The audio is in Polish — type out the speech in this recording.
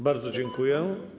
Bardzo dziękuję.